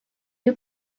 you